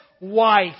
wife